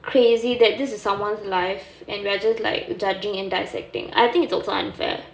crazy that this is someone's life and we're just like judging and dissecting I think it's also unfair